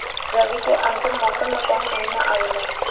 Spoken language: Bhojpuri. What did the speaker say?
रवी के अंतिम मौसम में कौन महीना आवेला?